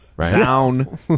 Sound